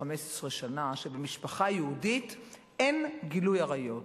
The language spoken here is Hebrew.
כ-15 שנה שבמשפחה יהודית אין גילוי עריות.